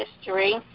history